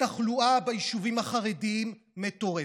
התחלואה ביישובים החרדיים מטורפת,